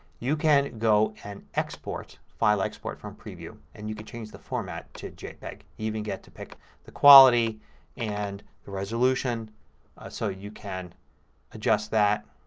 you can go and export, file export from preview, and you can change the format to jpeg. you even get to pick the quality and the resolution so you can adjust that.